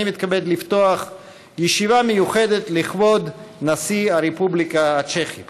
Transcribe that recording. תוכן העניינים ישיבה מיוחדת לכבוד נשיא הרפובליקה הצ'כית